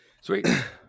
Sweet